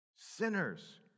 Sinners